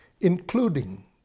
including